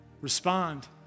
respond